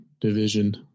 division